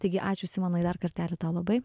taigi ačiū simonai dar kartelį tau labai